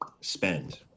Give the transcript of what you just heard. spend